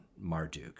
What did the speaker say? Marduk